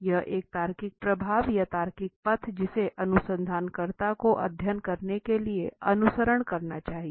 यह एक तार्किक प्रवाह या तार्किक पथ जिसे अनुसंधानकर्ता को अध्ययन करने के लिए अनुसरण करना चाहिए